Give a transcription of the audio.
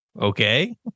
Okay